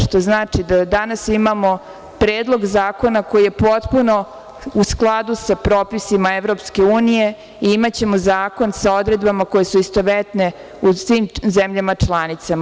Što znači da danas imamo predlog zakona koji je potpuno u skladu sa propisima EU i imaćemo zakon sa odredbama koje su istovetne u svim zemljama članicama.